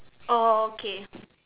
orh okay